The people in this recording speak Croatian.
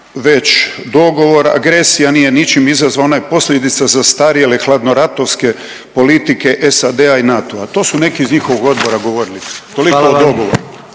već dogovor, agresija nije ničim izazvana, ona je posljedica zastarjele hladnoratovske politike SAD i NATO-a, to su neki iz njihovog odbora dobili. Toliko o dogovoru.